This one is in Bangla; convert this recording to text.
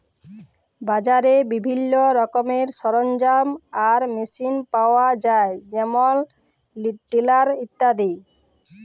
বাজারে বিভিল্ল্য রকমের সরলজাম আর মেসিল পাউয়া যায় যেমল টিলার ইত্যাদি